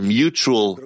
mutual